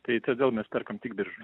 tai tadėl mes perkam tik biržoj